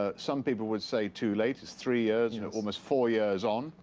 ah some people would say too late. it's three years, almost four years on.